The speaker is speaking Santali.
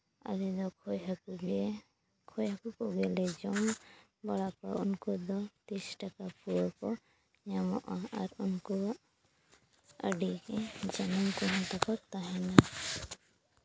ᱟᱞᱮ ᱫᱚ ᱠᱳᱭ ᱦᱟᱹᱠᱩ ᱜᱮ ᱠᱳᱭ ᱦᱟᱹᱠᱩ ᱠᱚᱜᱮ ᱞᱮ ᱡᱚᱢ ᱵᱟᱲᱟ ᱠᱚᱣᱟ ᱩᱱᱠᱩ ᱫᱚ ᱛᱤᱥ ᱴᱟᱠᱟ ᱯᱩᱣᱟᱹ ᱠᱚ ᱧᱟᱢᱚᱜᱼᱟ ᱟᱨ ᱩᱱᱠᱩ ᱟᱹᱰᱤ ᱜᱮ ᱡᱟᱹᱱᱩᱢ ᱛᱟᱦᱮᱢᱱ ᱛᱟᱠᱚᱣᱟ ᱛᱟᱦᱮᱱᱟ